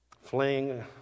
fling